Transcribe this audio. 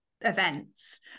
events